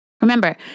Remember